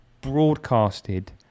broadcasted